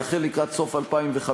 יחל לקראת סוף 2015,